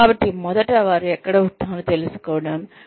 కాబట్టి మొదట వారు ఎక్కడ ఉన్నారో తెలుసుకోవాలి